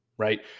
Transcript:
Right